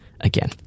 again